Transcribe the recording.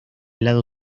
lado